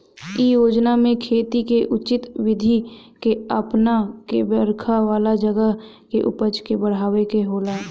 इ योजना में खेती के उचित विधि के अपना के बरखा वाला जगह पे उपज के बढ़ावे के होला